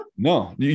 No